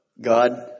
God